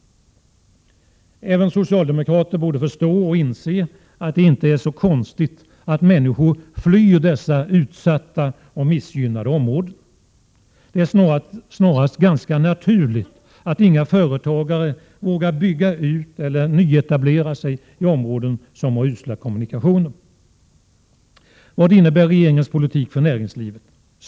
Även socialdemokrater borde förstå och inse att det inte är så konstigt att människor flyr dessa utsatta och missgynnade områden. Det är snarast ganska naturligt att inga företagare vågar bygga ut eller nyetablera sig i områden som har usla kommunikationer. Vad innebär regeringens politik för näringslivet?